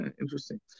interesting